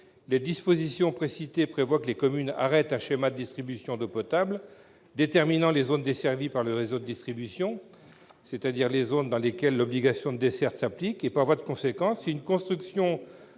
les dispositions précitées prévoient que les communes arrêtent un schéma de distribution d'eau potable déterminant les zones desservies par le réseau de distribution, c'est-à-dire les zones dans lesquelles l'obligation de desserte s'applique. Par voie de conséquence, si une construction